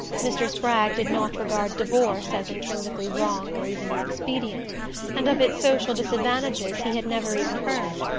mr. spragg did not regard divorce as intrinsically wrong or even inexpedient and of its social disadvantages he had never even heard.